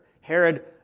Herod